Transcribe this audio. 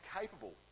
capable